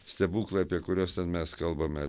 stebuklai apie kuriuos ten mes kalbame